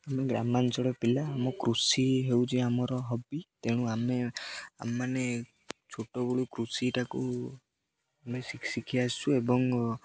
ଆମେ ଗ୍ରାମାଞ୍ଚଳ ପିଲା ଆମ କୃଷି ହେଉଛି ଆମର ହବି ତେଣୁ ଆମେ ଆମେମାନେ ଛୋଟବେଳୁ କୃଷିଟାକୁ ଆମେ ଶିଖି ଆସିଛୁ ଏବଂ